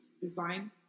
design